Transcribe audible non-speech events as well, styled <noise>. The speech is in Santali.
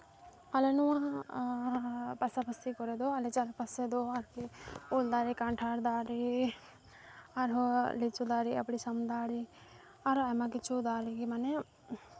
ᱟᱞᱮ ᱱᱚᱣᱟ ᱯᱟᱥᱟᱯᱟᱥᱤ ᱠᱚᱨᱮ ᱫᱚ ᱟᱞᱮ ᱪᱟᱨᱯᱟᱥᱮ ᱫᱚ ᱟᱨᱠᱤ ᱩᱞ ᱫᱟᱨᱮ ᱠᱟᱱᱴᱷᱟᱲ ᱫᱟᱨᱮ ᱟᱨᱦᱚᱸ ᱞᱤᱪᱩ ᱫᱟᱨᱮ <unintelligible> ᱫᱟᱨᱮ ᱟᱨᱦᱚᱸ ᱟᱭᱢᱟ ᱠᱤᱪᱷᱩ ᱫᱟᱨᱮᱜᱮ ᱢᱟᱱᱮ